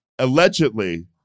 Allegedly